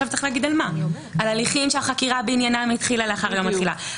צריך לומר על מה על הליכים שהחקירה בעניינם החלה לאחר יום התחילה,